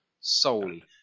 solely